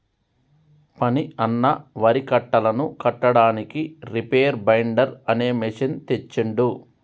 ఫణి అన్న వరి కట్టలను కట్టడానికి రీపేర్ బైండర్ అనే మెషిన్ తెచ్చిండు